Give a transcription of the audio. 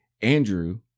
andrew